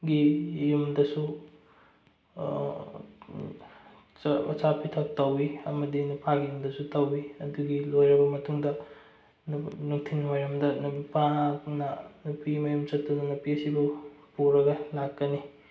ꯒꯤ ꯌꯨꯝꯗꯁꯨ ꯑꯆꯥ ꯄꯤꯊꯛ ꯇꯧꯏ ꯑꯃꯗꯤ ꯅꯨꯄꯥꯒꯤ ꯌꯨꯝꯗꯁꯨ ꯇꯧꯏ ꯑꯗꯨꯒꯤ ꯂꯣꯏꯔꯕ ꯃꯇꯨꯡꯗ ꯅꯨꯡꯊꯤꯟꯋꯥꯏꯔꯝꯗ ꯅꯨꯄꯥꯅ ꯅꯨꯄꯤ ꯃꯌꯨꯝ ꯆꯠꯇꯨꯅ ꯅꯨꯄꯤꯁꯤꯕꯨ ꯄꯨꯔꯒ ꯂꯥꯛꯀꯅꯤ